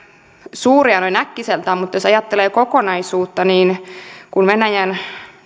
suuria noin äkkiseltään mutta jos ajattelee kokonaisuutta niin kun venäjän